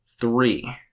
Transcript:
Three